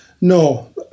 No